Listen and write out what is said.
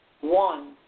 one